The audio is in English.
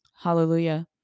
Hallelujah